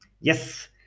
Yes